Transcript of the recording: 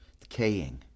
decaying